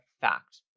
fact